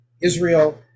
Israel